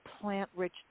plant-rich